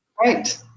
Right